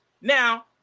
Now